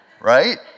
right